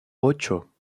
ocho